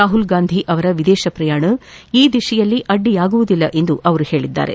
ರಾಹುಲ್ ಗಾಂಧಿ ಅವರ ವಿದೇಶ ಪ್ರಯಾಣ ಈ ದಿಶೆಯಲ್ಲಿ ಅಡ್ಡಿಯಾಗುವುದಿಲ್ಲ ಎಂದು ಅವರು ಹೇಳಿದ್ದಾರೆ